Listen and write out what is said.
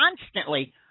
constantly